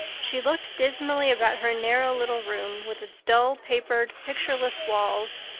she looked dismally about her narrow little room, with its dull-papered, pictureless walls,